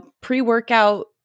pre-workout